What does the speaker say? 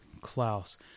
Klaus